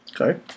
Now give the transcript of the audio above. Okay